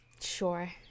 Sure